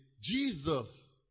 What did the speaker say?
Jesus